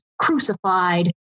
crucified